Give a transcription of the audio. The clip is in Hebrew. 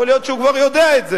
יכול להיות שהוא כבר יודע את זה.